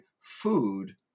food